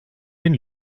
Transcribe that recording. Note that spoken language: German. den